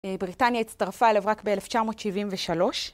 בריטניה הצטרפה אליו רק ב-1973.